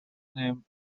named